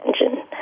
engine